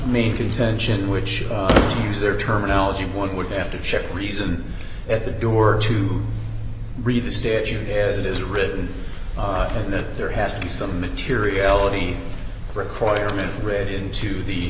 main contention which is to use their terminology one would have to chip reason at the door to read the statute as it is written in that there has to be some materiality requirement writ into the